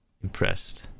impressed